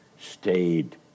Stayed